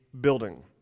building